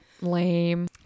Lame